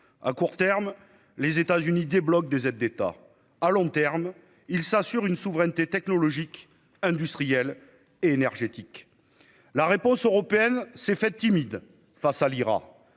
À court terme, les États-Unis débloquent des aides d'État ; à long terme, ils s'assurent une souveraineté technologique, industrielle, et énergétique. La réponse européenne a été timide. Si la